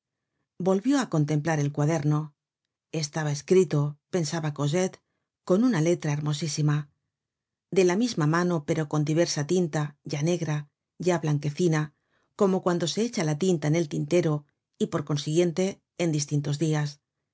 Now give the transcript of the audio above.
volvió á contemplar el cuaderno estaba escrito pensaba cosette con una letra hermosísima de la misma mano pero con diversa tinta ya negra ya blanquecina como cuando se echa la tinta en el tintero y por consiguiente en distintos dias